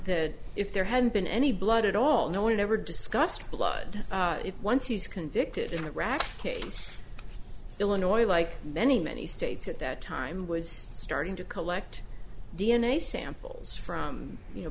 that if there had been any blood at all no one ever discussed blood if once he's convicted in a rat case illinois like many many states at that time was starting to collect d n a samples from you know